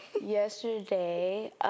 Yesterday